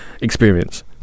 experience